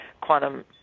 quantum